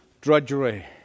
drudgery